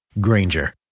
Granger